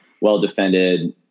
well-defended